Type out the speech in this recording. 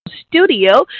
studio